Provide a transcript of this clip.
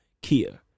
Kia